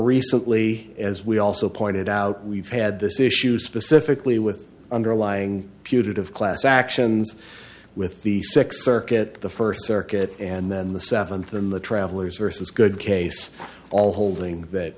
recently as we also pointed out we've had this issue specifically with underlying putative class actions with the sixth circuit the first circuit and then the seventh then the traveller's versus good case all holding that